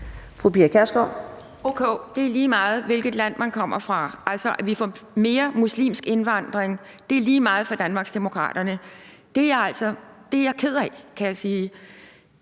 det er lige meget, hvilket land man kommer fra – altså at vi får mere muslimsk indvandring, er lige meget for Danmarksdemokraterne. Det er jeg ked af, kan jeg sige.